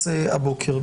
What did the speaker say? הבוקר.